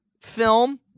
film